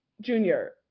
junior